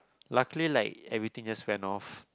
luckily like everything just went off